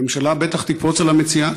הממשלה בטח תקפוץ על המציאה,